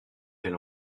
elle